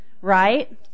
Right